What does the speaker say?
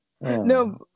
No